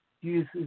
use